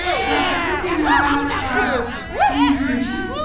so it's really a matter of communication.